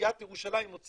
שעירית ירושלים מוציאה